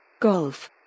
Golf